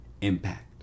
impact